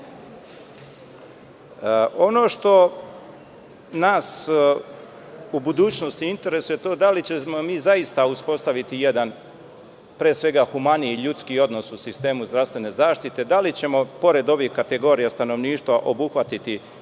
što nas u budućnosti interesuje to je da li ćemo mi zaista uspostaviti jedan, pre svega humaniji, ljudski odnos u sistemu zdravstvene zaštite, da li ćemo pored ovih kategorija stanovništva obuhvatiti